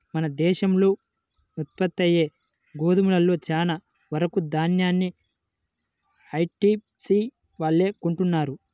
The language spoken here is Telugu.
మన దేశంలో ఉత్పత్తయ్యే గోధుమలో చాలా వరకు దాన్యాన్ని ఐటీసీ వాళ్ళే కొంటన్నారు